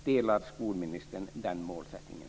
Delar skolministern den målsättningen?